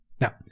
Now